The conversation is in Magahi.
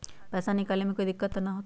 पैसा निकाले में कोई दिक्कत त न होतई?